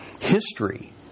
history